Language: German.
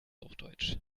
hochdeutsch